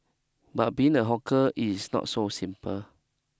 but being a hawker it's not so simple